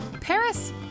Paris